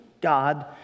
god